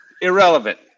Irrelevant